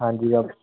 ਹਾਂਜੀ ਬਾ